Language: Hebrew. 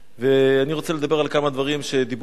אני רוצה לדבר על כמה דברים שדיברו עליהם קודם,